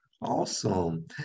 Awesome